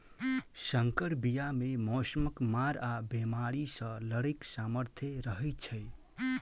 सँकर बीया मे मौसमक मार आ बेमारी सँ लड़ैक सामर्थ रहै छै